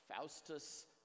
faustus